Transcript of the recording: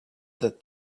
that